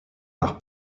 par